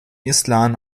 islam